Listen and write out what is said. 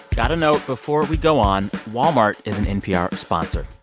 got to note before we go on walmart is an npr sponsor.